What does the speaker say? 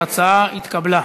ההצעה התקבלה.